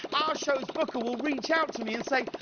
our show's booker will reach out to me and say,